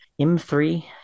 M3